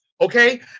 okay